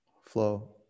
Flow